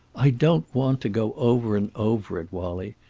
i don't want to go over and over it, wallie.